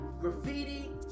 graffiti